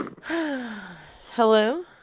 Hello